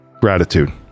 gratitude